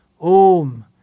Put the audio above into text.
Om